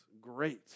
great